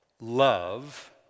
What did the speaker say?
love